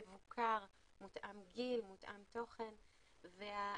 מבוקר, מותאם גיל, מותאם תוכן, ושוב,